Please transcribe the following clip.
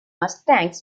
mustangs